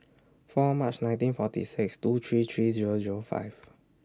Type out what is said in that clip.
four March nineteen forty six two three three Zero Zero five